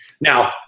now